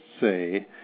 say